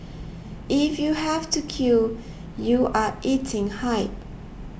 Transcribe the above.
if you have to queue you are eating hype